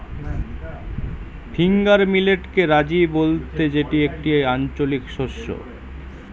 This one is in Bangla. ফিঙ্গার মিলেটকে রাজি বলতে যেটি একটি আঞ্চলিক শস্য